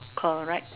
correct